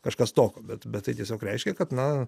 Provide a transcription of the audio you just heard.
kažkas tokio bet bet tai tiesiog reiškia kad na